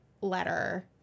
letter